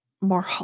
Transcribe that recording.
more